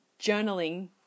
journaling